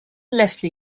leslie